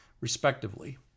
respectively